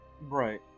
Right